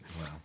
Wow